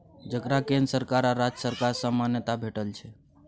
जकरा केंद्र सरकार आ राज्य सरकार सँ मान्यता भेटल छै